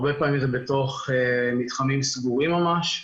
הרבה פעמים זה בתוך מתחמים סגורים ממש,